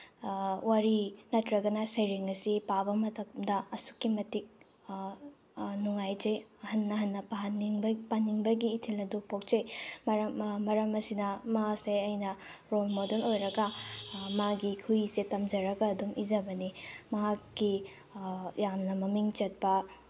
ꯋꯥꯔꯤ ꯅꯠꯇ꯭ꯔꯒꯅ ꯁꯩꯔꯦꯡ ꯑꯁꯤ ꯄꯥꯕ ꯃꯇꯝꯗ ꯑꯁꯨꯛꯀꯤ ꯃꯇꯤꯛ ꯅꯨꯡꯉꯥꯏꯖꯩ ꯍꯟꯅ ꯍꯟꯅ ꯄꯥꯅꯤꯡꯕꯒꯤ ꯏꯊꯤꯜ ꯑꯗꯨ ꯄꯣꯛꯆꯩ ꯃꯔꯝ ꯃꯔꯝ ꯑꯁꯤꯅ ꯃꯥꯁꯦ ꯑꯩꯅ ꯔꯣꯜ ꯃꯣꯗꯦꯜ ꯑꯣꯏꯔꯒ ꯃꯥꯒꯤ ꯈꯨꯏꯁꯦ ꯇꯝꯖꯔꯒ ꯑꯗꯨꯝ ꯏꯖꯕꯅꯤ ꯃꯍꯥꯛꯀꯤ ꯌꯥꯝꯅ ꯃꯃꯤꯡ ꯆꯠꯄ